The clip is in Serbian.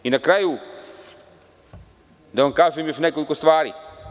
I na kraju da vam kažem još nekoliko stvari.